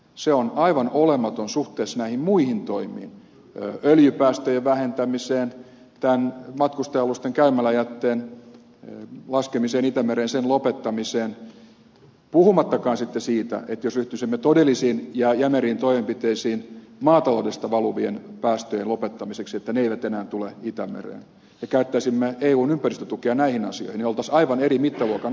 se on aivan olematon suhteessa näihin muihin toimiin öljypäästöjen vähentämiseen tämän matkustaja alusten käymäläjätteen laskemiseen itämereen sen lopettamiseen puhumattakaan sitten siitä että jos ryhtyisimme todellisiin ja jämeriin toimenpiteisiin maataloudesta valuvien päästöjen lopettamiseksi että ne eivät enää tule itämereen ja käyttäisimme eun ympäristötukea näihin asioihin niin olisimme aivan eri mittaluokan asioissa